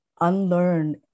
unlearn